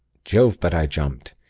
jove! but i jumped,